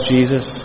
Jesus